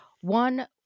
one